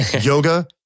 Yoga